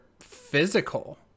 physical